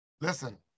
Listen